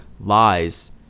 lies